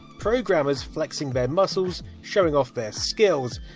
programmers flexing their muscles, showing off their skills,